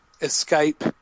escape